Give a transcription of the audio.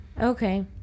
Okay